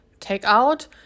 takeout